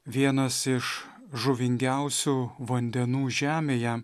vienas iš žuvingiausių vandenų žemėje